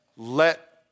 Let